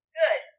good